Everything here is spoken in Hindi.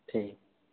ठीक